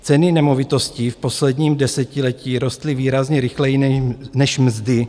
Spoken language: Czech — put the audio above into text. Ceny nemovitostí v posledním desetiletí rostly výrazně rychleji než mzdy.